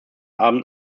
abend